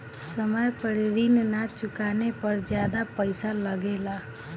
समय पर ऋण ना चुकाने पर ज्यादा पईसा लगेला?